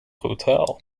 hotel